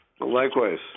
likewise